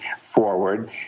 forward